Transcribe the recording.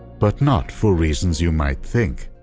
but not for reasons you might think.